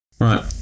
Right